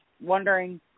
wondering –